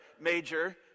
major